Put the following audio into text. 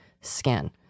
skin